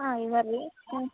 ಹಾಂ ಇದಾರ ರೀ ಹ್ಞೂ